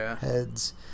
heads